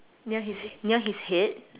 near his near his head